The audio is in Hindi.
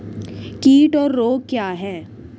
कीट और रोग क्या हैं?